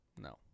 No